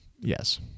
Yes